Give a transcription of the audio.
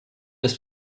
des